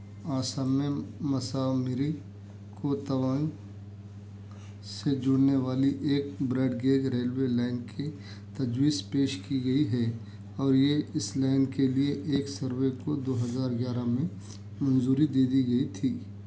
آسام میں مسامری کو توانگ سے جوڑنے والی ایک بریڈ گیگ ریلوے لائن کی تجویز پیش کی گئی ہے اور یہ اس لائن کے لیے ایک سروے کو دو ہزار گیارہ میں منظوری دے دی گئی تھی